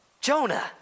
Jonah